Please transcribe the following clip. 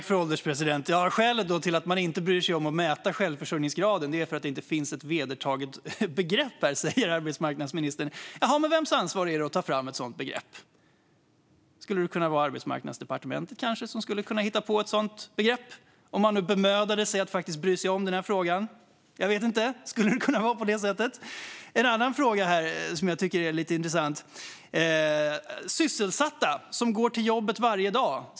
Fru ålderspresident! Skälet till att man inte bryr sig om att mäta självförsörjningsgraden är alltså att det inte finns ett vedertaget begrepp, säger arbetsmarknadsministern. Jaha, men vems ansvar är det att ta fram ett sådant begrepp? Skulle det kanske kunna vara Arbetsmarknadsdepartementet som skulle kunna hitta på ett sådant begrepp, om man nu bemödade sig att faktiskt bry sig om den här frågan? Jag vet inte. Skulle det kunna vara på det sättet? Låt mig ta upp en annan fråga som jag tycker är lite intressant. Arbetsmarknadsministern talar om sysselsatta som går till jobbet varje dag.